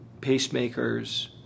pacemakers